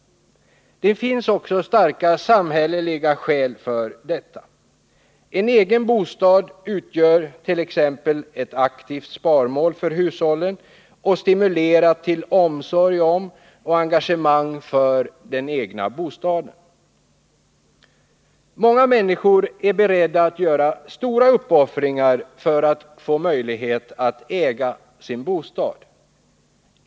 Det finns också starka samhälleliga skäl för detta. En egen bostad utgör t.ex. ett aktivt sparmål för hushåilen och stimulerar till omsorg om och engagemang för den egna bostaden. Många människor är beredda att göra stora uppoffringar för att kunna få äga sin bostad.